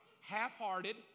half-hearted